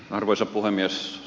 arvoisa puhemies